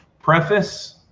preface